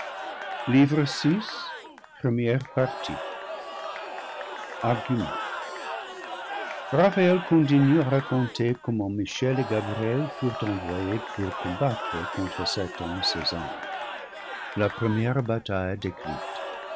argument raphaël continue à raconter comment michel et gabriel furent envoyés pour combattre contre satan et ses anges la première bataille décrite